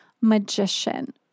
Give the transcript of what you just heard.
magician